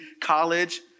college